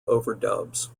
overdubs